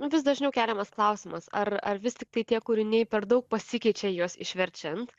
nu vis dažniau keliamas klausimas ar ar vis tiktai tie kūriniai per daug pasikeičia juos išverčiant